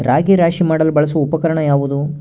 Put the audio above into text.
ರಾಗಿ ರಾಶಿ ಮಾಡಲು ಬಳಸುವ ಉಪಕರಣ ಯಾವುದು?